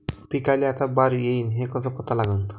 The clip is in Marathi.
पिकाले आता बार येईन हे कसं पता लागन?